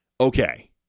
okay